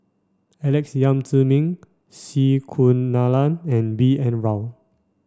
Alex Yam Ziming C Kunalan and B N Rao